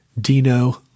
Dino